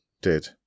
did